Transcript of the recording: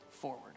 forward